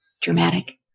Dramatic